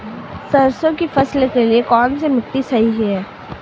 सरसों की फसल के लिए कौनसी मिट्टी सही हैं?